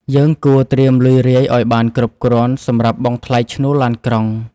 យើងគួរត្រៀមលុយរាយឱ្យបានគ្រប់គ្រាន់សម្រាប់បង់ថ្លៃឈ្នួលឡានក្រុង។